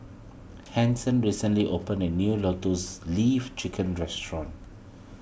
Anson recently opened a new Lotus Leaf Chicken Restaurant